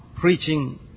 preaching